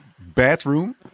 bathroom